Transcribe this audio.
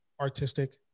artistic